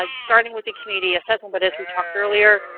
ah starting with the community assessment. but as we talked earlier,